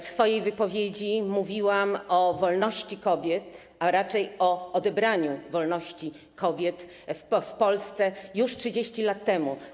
W swojej wypowiedzi mówiłam o wolności kobiet, a raczej o odebraniu wolności kobietom w Polsce już 30 lat temu.